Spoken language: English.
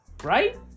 Right